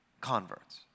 converts